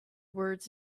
words